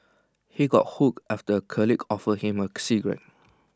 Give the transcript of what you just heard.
he got hooked after A colleague offered him A cigarette